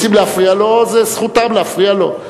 רוצים להפריע לו, זו זכותם להפריע לו.